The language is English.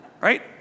Right